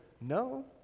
no